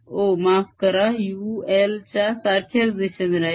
ओ माफ करा u I च्या सारख्याच दिशेने राहील